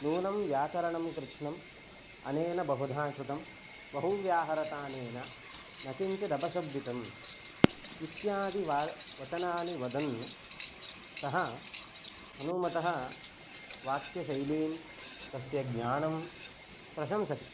नूनं व्याकरणं कृत्स्नम् अनेन बहुधा श्रुतं बहु व्याहरतानेन न किञ्चिदपशब्दितम् इत्यादि वा वचनानि वदन् सः हनूमतः वाक्यशैलीं तस्य ज्ञानं प्रशंसति